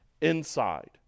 inside